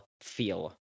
feel